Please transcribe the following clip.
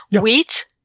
wheat